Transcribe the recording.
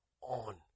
on